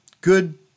good